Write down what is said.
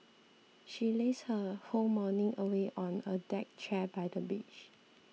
she lazed her whole morning away on a deck chair by the beach